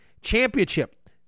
championship